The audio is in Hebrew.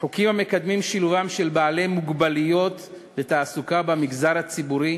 חוקים המקדמים שילובם של בעלי מוגבלויות לתעסוקה במגזר הציבורי,